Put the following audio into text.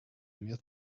mir